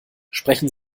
sprechen